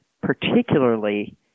particularly